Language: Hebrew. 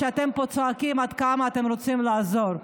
ואתם פה צועקים עד כמה אתם רוצים לעזור.